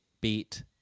beat